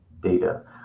data